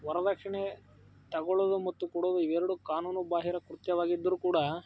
ವರ್ದಕ್ಷಿಣೆ ತಗೊಳೋದು ಮತ್ತು ಕೊಡೋದು ಇವೆರಡೂ ಕಾನೂನು ಬಾಹಿರ ಕೃತ್ಯವಾಗಿದ್ದರೂ ಕೂಡ